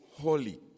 holy